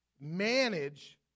manage